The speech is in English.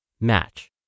Match